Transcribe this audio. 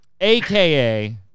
AKA